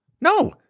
No